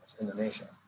Indonesia